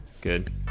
Good